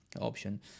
option